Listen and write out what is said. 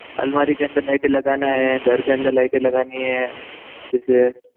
अलमारी के अंदर लाइटें लगाना है घर के अंदर लाइटें लगानी है इस